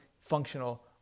functional